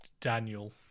Daniel